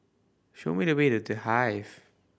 show me the way to The Hive